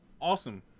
Awesome